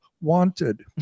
Wanted